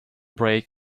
break